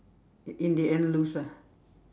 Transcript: in the end lose ah